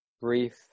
brief